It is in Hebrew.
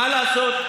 מה לעשות,